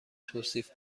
توصیف